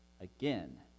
again